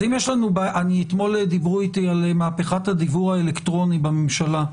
אתמול דיברו אתי על מהפכת הדיוור האלקטרוני בממשלה,